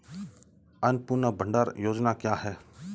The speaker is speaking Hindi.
अन्नपूर्णा भंडार योजना क्या है?